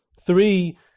three